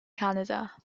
canada